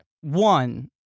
One